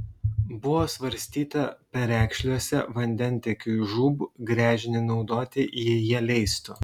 buvo svarstyta perekšliuose vandentiekiui žūb gręžinį naudoti jei jie leistų